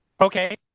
Okay